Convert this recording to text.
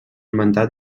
mandat